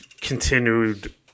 continued